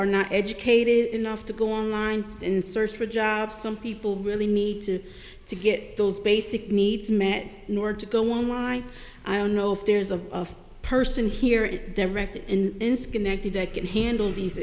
are not educated enough to go online and search for jobs some people really need to to get those basic needs met nor to go online i don't know if there's a person here it directly in schenectady that can handle these